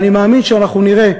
ואני מאמין שאנחנו נראה,